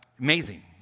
Amazing